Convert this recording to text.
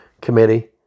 committee